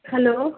hello